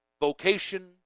vocation